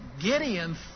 Gideon